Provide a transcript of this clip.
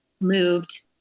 moved